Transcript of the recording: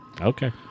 Okay